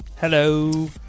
Hello